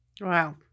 Wow